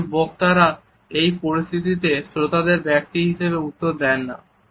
কিন্তু বক্তারা এই পরিস্থিতিতে শ্রোতাদের ব্যক্তি হিসেবে উত্তর দেন না